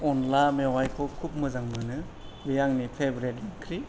अनला मेवाइखौ खुब मोजां मोनो बे आंनि फेब्रेट ओंख्रि